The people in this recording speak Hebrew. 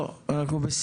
לא, אנחנו בסיום.